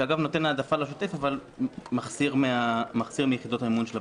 שאגב נותן העדפה לשוטף אבל מחסיר מיחידות המימון של הבחירות.